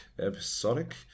episodic